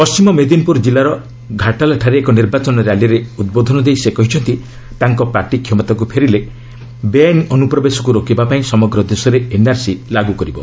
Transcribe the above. ପଣ୍ଢିମ ମେଦିନପୁର କିଲ୍ଲାର ଘାଟାଲଠାରେ ଏକ ନିର୍ବାଚନ ର୍ୟାଲିରେ ଉଦ୍ବୋଧନ ଦେଇ ସେ କହିଛନ୍ତି ତାଙ୍କ ପାର୍ଟି କ୍ଷମତାକୃ ଫେରିଲେ ବେଆଇନ୍ ଅନୁପ୍ରବେଶକୁ ରୋକିବା ପାଇଁ ସମଗ୍ର ଦେଶରେ ଏନ୍ଆର୍ସି ଲାଗୁ କରିବ